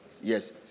Yes